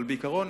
בעיקרון,